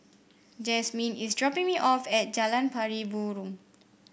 Jasmyn is dropping me off at Jalan Pari Burong